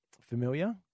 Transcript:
familiar